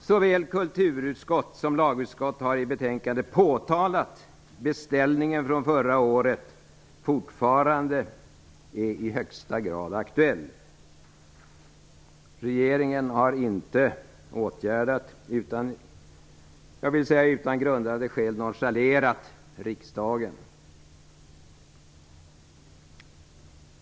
Såväl kulturutskott som lagutskott har i betänkandet påpekat att beställningen från förra året fortfarande är i högsta grad aktuell. Regeringen har inte åtgärdat utan har utan några grundade skäl nonchalerat riksdagen.